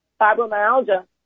fibromyalgia